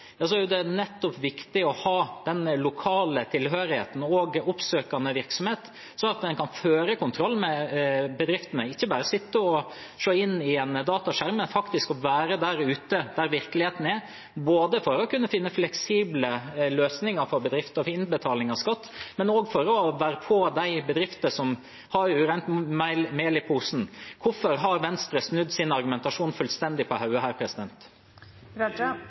er det viktig å ha nettopp lokal tilhørighet og oppsøkende virksomhet, slik at en kan føre kontroll med bedriftene og ikke bare sitte og se inn i en dataskjerm, men faktisk er der ute hvor virkeligheten er, både for å finne fleksible løsninger for bedrifter i forbindelse med innbetaling av skatt og for å være på de bedriftene som har urent mel i posen. Hvorfor har Venstre snudd sin argumentasjon fullstendig på hodet her?